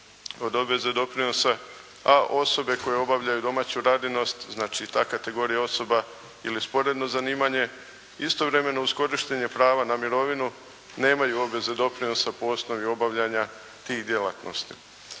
od obveze doprinosa, a osobe koje obavljaju domaću radinost, znači ta kategorija osoba ili sporedno zanimanje istovremeno uz korištenje prava na mirovinu nemaju obveze doprinosa po osnovi obavljanja tih djelatnosti.